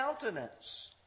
countenance